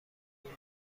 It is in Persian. میری